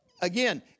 again